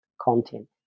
content